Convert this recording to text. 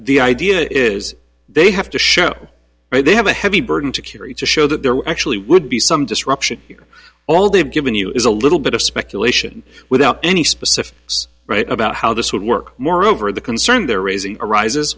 the idea is they have to show they have a heavy burden to carry to show that there were actually would be some disruption here all they've given you is a little bit of speculation without any specific right about how this would work moreover the concerned they're raising arises